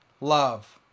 love